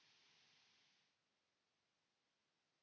Kiitos.